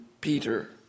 Peter